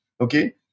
okay